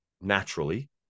naturally